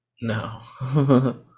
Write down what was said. No